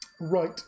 Right